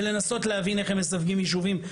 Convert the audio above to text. לנסות להבין איך הם מסווגים יישובים,